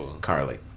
Carly